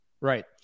Right